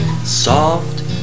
Soft